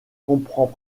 comprend